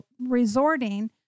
resorting